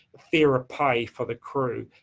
fairer pay for the crew,